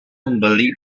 membeli